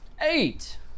eight